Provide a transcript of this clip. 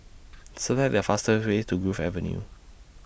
Select The fastest Way to Grove Avenue